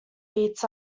beats